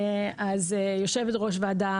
אז יושבת ראש הוועדה,